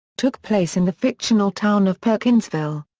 took place in the fictional town of perkinsville.